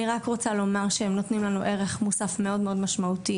אני רק רוצה לומר שהם נותנים לנו לבית הספר ערך מוסף מאוד מאוד משמעותי,